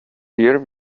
year